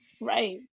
Right